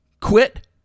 quit